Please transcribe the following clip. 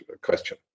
question